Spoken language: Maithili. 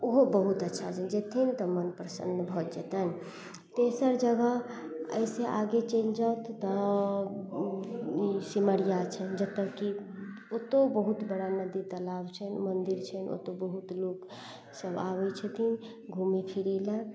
ओहो बहुत अच्छा छै जेथिन तऽ मन प्रसन्न भऽ जेतनि तेसर जगह एहिसे आगे चलि जाउ तऽ सिमरिया छनि जतऽ कि ओतौ बहुत बड़ा नदी तालाब छनि मन्दिर छनि ओतऽ बहुत लोक सब आबै छथिन घुमै फिरै लऽ